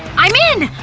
i'm in!